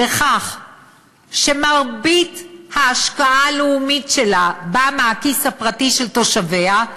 בכך שמרבית ההשקעה הלאומית שלה באה מהכיס הפרטי של תושביה,